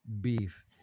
beef